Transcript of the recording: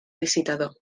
licitador